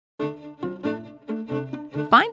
Find